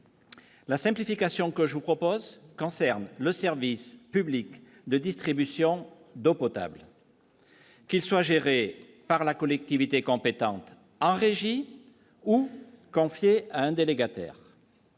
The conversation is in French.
La simplification que je vous propose concerne le service public de distribution d'eau potable. Qu'ils soient gérées par la collectivité compétente en régie ou confier à un délégataire.